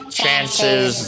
chances